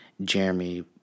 Jeremy